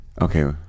okay